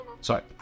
Sorry